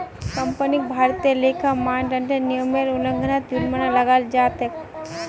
कंपनीक भारतीय लेखा मानदंडेर नियमेर उल्लंघनत जुर्माना लगाल जा तेक